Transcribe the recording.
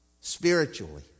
Spiritually